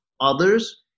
others